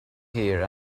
here